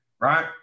right